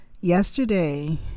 yesterday